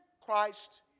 Christ